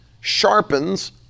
sharpens